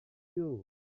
you